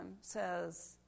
says